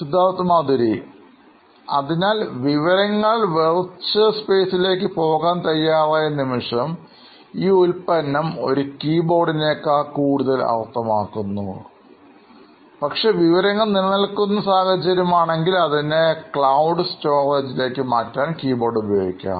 Siddharth Madhuri CEO നോയിൻ electronics അതിനാൽ വിവരങ്ങൾ വെർച്വൽ സ്പേസിലേക്ക് പോകാൻ തയ്യാറായ നിമിഷം ഈ ഉൽപ്പന്നം ഒരു കീബോർഡ്നേക്കാൾ കൂടുതൽ അർത്ഥമാക്കുന്നു പക്ഷേ വിവരങ്ങൾ നിലനിൽക്കുന്ന സാഹചര്യം ആണെങ്കിൽ അതിനെ ക്ലൌഡ് സ്റ്റോറേജ്ലേക്ക് മാറ്റാൻ കീബോർഡ് ഉപയോഗിക്കാം